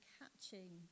catching